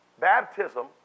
Baptism